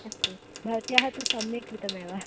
अस्तु भवत्या तु सम्यक् कृतमेव